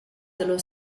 dello